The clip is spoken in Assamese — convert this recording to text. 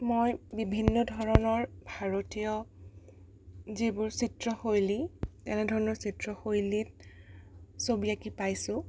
মই বিভিন্ন ধৰণৰ ভাৰতীয় যিবোৰ চিত্ৰশৈলী তেনে ধৰণৰ চিত্ৰশৈলীত ছবি আঁকি পাইছোঁ